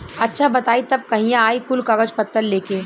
अच्छा बताई तब कहिया आई कुल कागज पतर लेके?